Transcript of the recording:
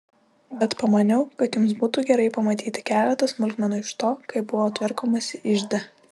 bet pamaniau kad jums būtų gerai pamatyti keletą smulkmenų iš to kaip buvo tvarkomasi ižde